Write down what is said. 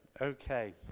okay